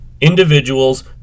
individuals